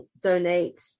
donate